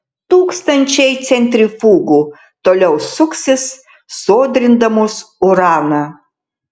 tūkstančiai centrifugų toliau suksis sodrindamos uraną